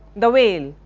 the whale,